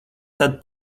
tad